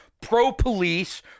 pro-police